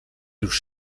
już